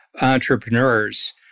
entrepreneurs